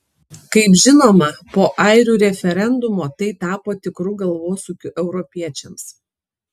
kaip žinoma po airių referendumo tai tapo tikru galvosūkiu europiečiams